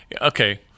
okay